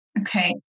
Okay